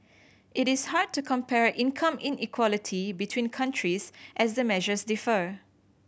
it is hard to compare income inequality between countries as the measures differ